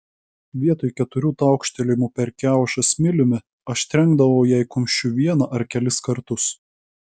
vietoj keturių taukštelėjimų per kiaušą smiliumi aš trenkdavau jai kumščiu vieną ar kelis kartus